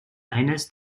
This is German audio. eines